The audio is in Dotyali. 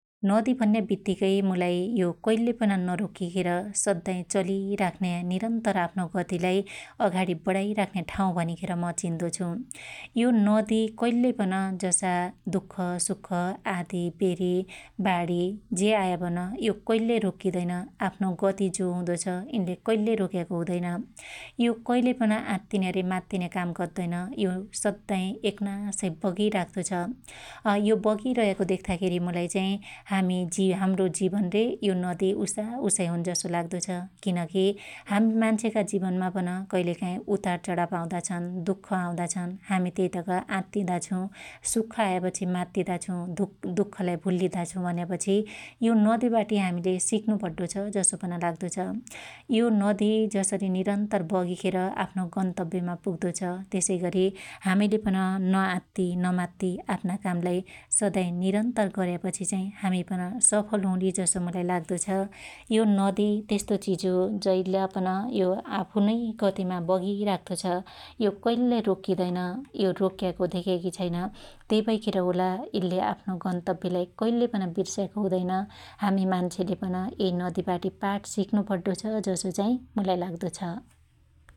नदि भन्या बित्तीकै मुलाई यो कइल्लै पन नरोक्कीखेर सद्दाई चलिराख्न्या निरन्तर आफ्नो गतिलाई अघाडी बणाइराख्न्या ठाँउ भनिखेर म चिन्दो छु । यो नदी कइल्लै पन जसा दुख, सुख आदी बेरी बाडी ज्या आयापन कइल्लै रोक्किदैन । आफ्नो गति जो हुदो छ इनले कइल्लै रोक्याको हुदैन । यो कइलेपन आत्तीने र मात्तीने काम गर्दैन यो सद्दाइ एकनासै बगिराख्तो छ । यो बगिरयाको देख्दाखेरी मुलाई चाई हामि जे हाम्रो जिवन रे यो नदि उसा उसाइ हुन जसो लाग्दो छ । किनकी हामि मान्छेका जीवनमा पन कइलेकाई उतारचडाप आउदा छन्, दुख आउदा छन हामी त्यइतक आत्तीदा छु, सुख आयापछी मात्तीदा छु दुखऽ दुख्खलाई भुल्लीदा छु भन्यापछि यो नदिबाटी हामीले सिक्नु पड्डो छ जसो पन लाग्दो छ । यो नदि जसरी निरन्तर बगिखेर आफ्नो गन्तव्यमा पुग्दो छ त्यसैगरी हामिले पन नआत्त्त्ती नमात्त्ती आफ्ना कामलाई सदाई निरन्तर गर्यापछि चाइ हामिपन सफल हुली जसो मुलाई लाग्दो छ । यो नदि त्यस्तो चिज ही जइलपन यो आफुनै गतीमा बगिराख्तो छ । यो कईल्लै रोकीदैन, यो रोक्याको धेक्याकी छैन । तैभैखेर होला यल्ले आफ्नो गन्तव्यलाई कईल्यपन बिर्स्याको हुदैन । हामी मान्छेले पन यै नदी बाटी पाट सिक्नु पड्डो छ जसो चाइ मुलाई लाग्दो छ ।